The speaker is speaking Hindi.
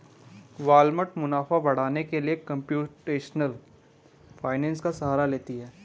वालमार्ट मुनाफा बढ़ाने के लिए कंप्यूटेशनल फाइनेंस का सहारा लेती है